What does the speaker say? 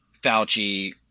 Fauci